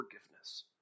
forgiveness